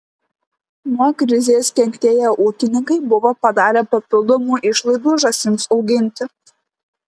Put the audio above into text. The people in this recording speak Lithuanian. nuo krizės kentėję ūkininkai buvo padarę papildomų išlaidų žąsims auginti